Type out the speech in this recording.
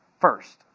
first